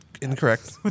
incorrect